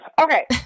Okay